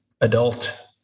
adult